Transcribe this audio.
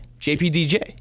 JPDJ